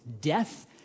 death